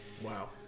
Wow